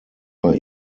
bei